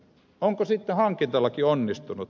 onko sitten hankintalaki onnistunut